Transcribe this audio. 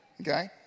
okay